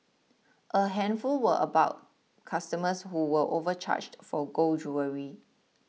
a handful were about customers who were overcharged for gold jewellery